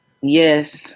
yes